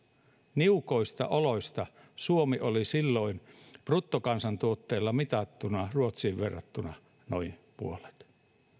niukoista oloista suomi oli silloin bruttokansantuotteella mitattuna ruotsiin verrattuna noin puolet